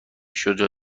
شجاع